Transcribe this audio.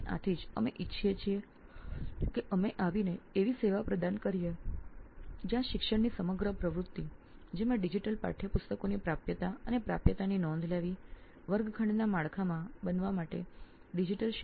અને આથી જ અમે સેવા પ્રદાન કરવા માંગીએ છીએ જ્યાં શીખવાની સંપૂર્ણ પ્રવૃત્તિ જેમાં નોંધો લેવી અને તેની સુલભતા ડિજિટલ પાઠયપુસ્તકોની ઉપલબ્ધતા અને ડિજિટલ એપ્લિકેશનો બધું જ વર્ગખંડના માળખામાં સમાવિષ્ટ હોય